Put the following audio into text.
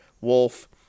Wolf